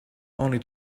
only